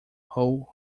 whole